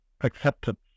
acceptance